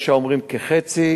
יש האומרים לחצי,